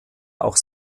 auch